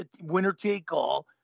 winner-take-all